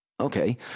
Okay